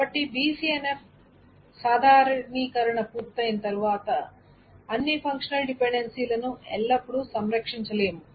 కాబట్టి BCNF సాధారణీకరణ పూర్తయిన తర్వాత అన్ని ఫంక్షనల్ డిపెండెన్సీలను ఎల్లప్పుడూ సంరక్షించలేము